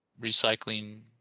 recycling